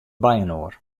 byinoar